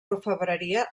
orfebreria